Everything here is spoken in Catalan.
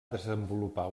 desenvolupar